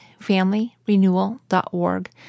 FamilyRenewal.org